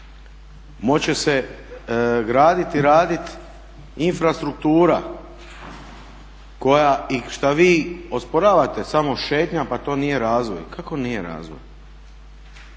će se gradit i radit infrastruktura i šta vi osporavate, samo šetnja pa to nije razvoj, kako nije razvoj.